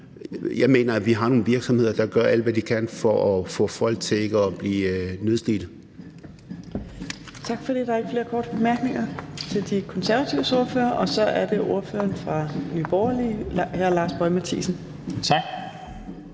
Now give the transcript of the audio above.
jeg mener, at vi har nogle virksomheder, der gør alt, hvad de kan, for at få folk til ikke at blive nedslidte. Kl. 14:35 Fjerde næstformand (Trine Torp): Tak for det. Der er ikke flere korte bemærkninger til De Konservatives ordfører. Så er det ordføreren fra Nye Borgerlige, hr. Lars Boje Mathiesen. Kl.